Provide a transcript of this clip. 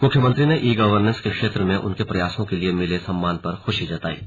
मुख्यमंत्री ने e governance के क्षेत्र में उनके प्रयासों के लिये मिले सम्मान पर खुशी जताई है